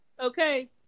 Okay